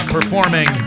performing